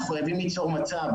אנחנו חייבים ליצור מצב